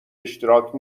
اشتراک